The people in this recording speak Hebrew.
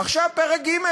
עכשיו פרק ג'